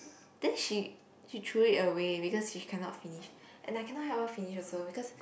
then she she throw it away because she cannot finish and I cannot help her finish also because